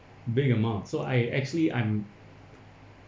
big amount so I actually I'm